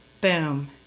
boom